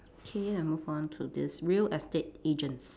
okay then move on to this real estate agents